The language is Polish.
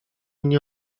nie